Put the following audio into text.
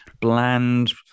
bland